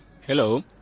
Hello